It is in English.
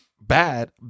bad